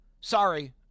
sorry